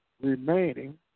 remaining